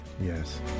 Yes